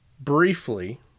Briefly